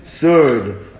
third